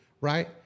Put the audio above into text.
right